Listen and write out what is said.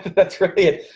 that's really it.